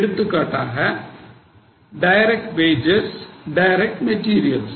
எடுத்துக்காட்டாக direct wages direct materials